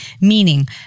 meaning